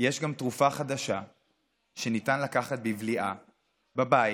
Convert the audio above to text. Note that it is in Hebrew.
יש גם תרופה חדשה שניתן לקחת בבליעה בבית,